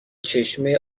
چشمه